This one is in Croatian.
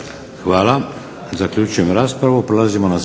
Hvala. Zaključujem raspravu.